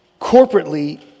corporately